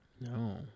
no